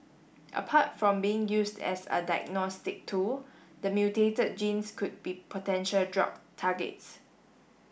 apart from being used as a diagnostic tool the mutated genes could be potential drug targets